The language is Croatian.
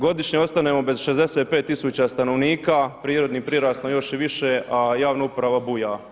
Godišnje ostanemo bez 65 tisuća stanovnika, prirodnim prirastom još i više a javna uprava buja.